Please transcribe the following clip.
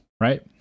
right